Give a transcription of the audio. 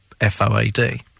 F-O-A-D